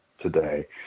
today